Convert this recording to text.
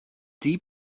die